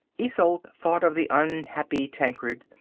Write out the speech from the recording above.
isolde thought of the unhappy tancred,